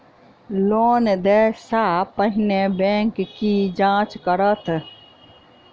Loan देय सा पहिने बैंक की जाँच करत?